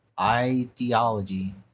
ideology